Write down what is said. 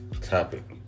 topic